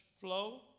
flow